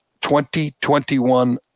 2021